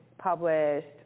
published